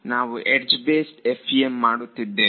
ನಾವು edge based FEM ಮಾಡುತ್ತಿದ್ದೇವೆ